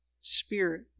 Spirit